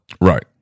Right